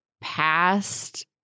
past